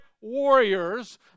warriors